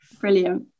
Brilliant